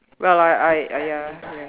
well I I I ya ya